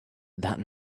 that